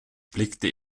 blickte